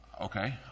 Okay